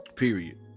period